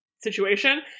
situation